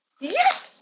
Yes